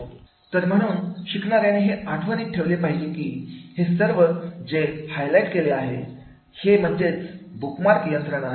तर म्हणून शिकणाऱ्या ने हे आठवणी ठेवले पाहिजे की हे सर्व जे हायलाइट केले आहे हे म्हणजेच बुकमार्क यंत्रणा आहे